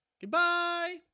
Goodbye